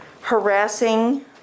harassing